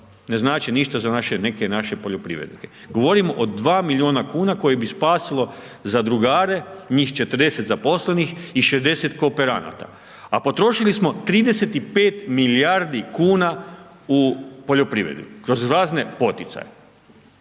ne znače ništa za naše neke naše poljoprivrednike. Govorim o 2 milijuna kuna koji bi spasilo zadrugare, njih 40 zaposlenih i 60 kooperanata a potrošili smo 35 milijardi kuna u poljoprivredu kroz razne poticaje.